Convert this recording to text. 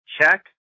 Check